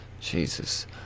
Jesus